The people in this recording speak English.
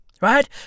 Right